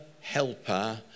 helper